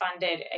funded